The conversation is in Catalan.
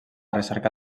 recerca